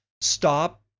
Stop